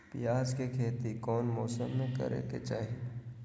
प्याज के खेती कौन मौसम में करे के चाही?